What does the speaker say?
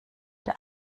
der